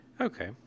okay